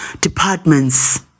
departments